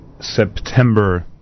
September